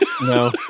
No